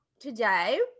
Today